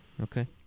okay